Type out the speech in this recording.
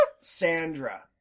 Sandra